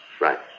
Right